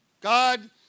God